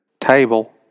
Table